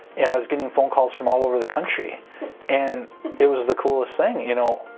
and i was getting phone calls from all over the country and it was the coolest thing you know,